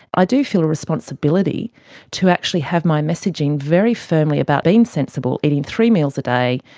i do feel a responsibility to actually have my messaging very firmly about being sensible, eating three meals a day,